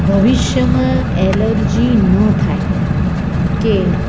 ભવિષ્યમા allergy ન થાય કે